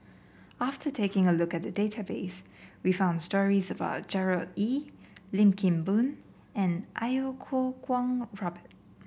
after taking a look at the database we found stories about Gerard Ee Lim Kim Boon and Iau Kuo Kwong Robert